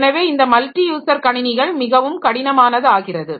எனவே இந்த multi user கணினிகள் மிகவும் கடினமானது ஆகிறது